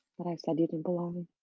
that i said you didn't belong.